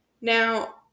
Now